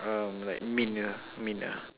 um like mint ya mint ah